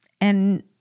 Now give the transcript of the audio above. And-